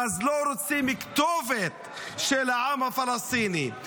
אז לא רוצים מכתובת של העם הפלסטיני.